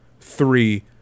three